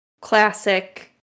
classic